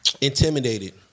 Intimidated